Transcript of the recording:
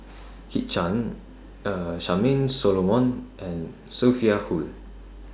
Kit Chan Charmaine Solomon and Sophia Hull